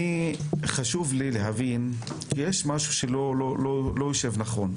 יש משהו שלא יושב נכון.